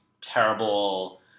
terrible